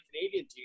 canadian